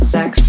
Sex